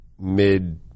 mid